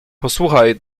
posłuchaj